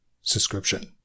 subscription